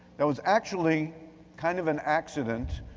it was actually kind of an accident.